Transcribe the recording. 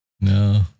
No